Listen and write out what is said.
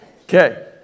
Okay